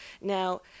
Now